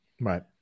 right